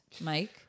Mike